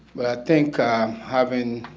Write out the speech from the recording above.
but i think having